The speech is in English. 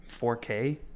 4K